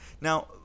now